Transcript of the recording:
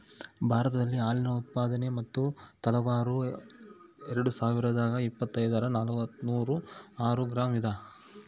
ಭಾರತದಲ್ಲಿ ಹಾಲಿನ ಉತ್ಪಾದನೆ ಮತ್ತು ತಲಾವಾರು ಎರೆಡುಸಾವಿರಾದ ಇಪ್ಪತ್ತರಾಗ ನಾಲ್ಕುನೂರ ಆರು ಗ್ರಾಂ ಇದ